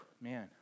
man